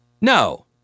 No